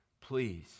please